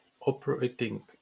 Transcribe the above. operating